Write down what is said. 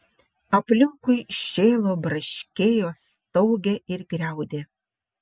aplinkui šėlo braškėjo staugė ir griaudė